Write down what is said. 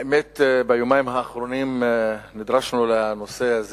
האמת היא שביומיים האחרונים נדרשנו לנושא הזה